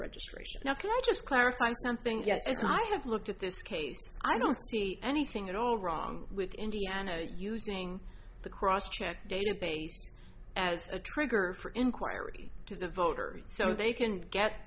registration now can i just clarify something yes as i have looked at this case i don't see anything at all wrong with indiana using the cross check database as a trigger for inquiry to the voter so they can get